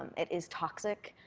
um it is toxic,